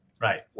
right